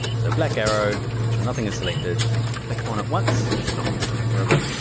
so black arrow, make sure nothing is selected click on it once, not in the counting rover.